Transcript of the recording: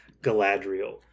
Galadriel